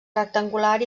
rectangular